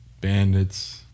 Bandits